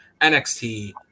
NXT